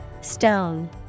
Stone